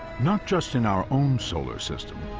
not just in our own solar system,